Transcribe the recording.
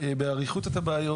באריכות את הבעיות.